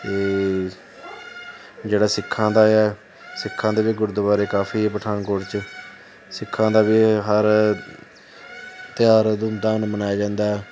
ਅਤੇ ਜਿਹੜਾ ਸਿੱਖਾਂ ਦਾ ਆ ਸਿੱਖਾਂ ਦੇ ਵੀ ਗੁਰਦੁਆਰੇ ਕਾਫੀ ਪਠਾਣਕੋਟ 'ਚ ਸਿੱਖਾਂ ਦਾ ਵੀ ਹਰ ਤਿਉਹਾਰ ਧੂਮ ਧਾਮ ਨਾਲ ਮਨਾਇਆ ਜਾਂਦਾ